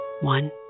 One